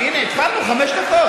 תפעיל את השעון.